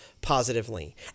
positively